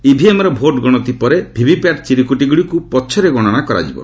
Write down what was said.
ଇଭିଏମ୍ର vote ଗଣତି ପରେ VVPAT ଚିରକ୍ରଟିଗ୍ରଡ଼ିକ୍ ପଛରେ ଗଣନା କରାଯିବ